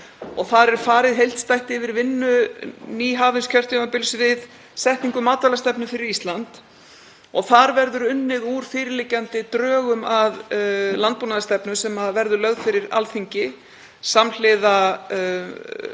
Þar er farið heildstætt yfir vinnu nýhafins kjörtímabils við setningu matvælastefnu fyrir Ísland. Þar verður unnið úr fyrirliggjandi drögum að landbúnaðarstefnu sem verður lögð fyrir Alþingi samhliða